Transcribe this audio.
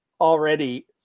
already